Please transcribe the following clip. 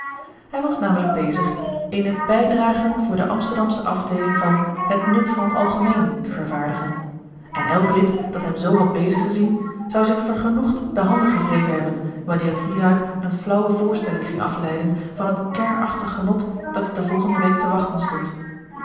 hij was namelijk bezig eene bijdragen voor de amsterdamsche afdeeling van het nut van t algemeen te vervaardigen en elk lid dat hem zoo had bezig gezien zou zich vergenoegd de handen gewreven hebben wanneer het hieruit eene flaauwe voorstelling ging afleiden van het kernachtig genot dat het de volgende week te wachten stond